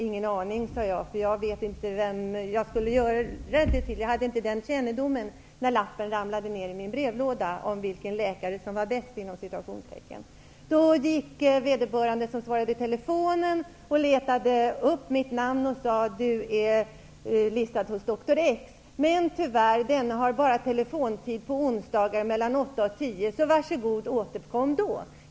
Ingen aning, sade jag, för jag visste inte till vilken läkare jag skulle anmäla mig. Jag hade inte den kännedomen när lappen ramlade ner i min brevlåda. Då gick den som hade svarat i telefon och letade upp mitt namn och sade: Du är listad hos doktor X, men tyvärr har han telefontid bara på onsdagar mellan kl. 8 och 10, så var så god och återkom då.